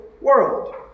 world